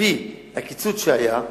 על-פי הקיצוץ שהיה,